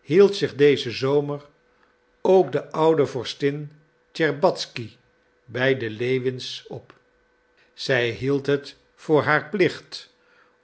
hield zich dezen zomer ook de oude vorstin tscherbatzky bij de lewins op zij hield het voor haar plicht